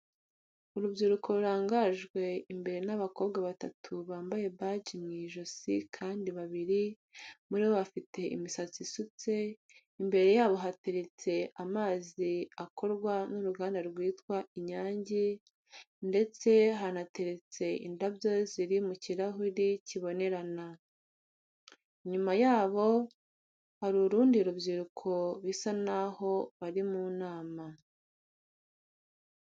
Urubyiruko rurangajwe imbere n'abakobwa batatu bambaye baji mu ijosi kandi babiri muri bo bafite imisatsi isutse, imbere yabo hateretse amazi akorwa n'uruganda rwitwa inyange ndetse hanateretse indabyo ziri mu kirahuri kibonerana. Inyuma yabo hari urundi rubyiruko bisa n'aho bari mu nama.